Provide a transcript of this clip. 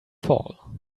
fall